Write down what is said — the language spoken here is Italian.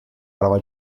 brava